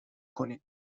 کنین